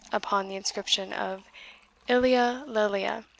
upon the inscription of oelia lelia,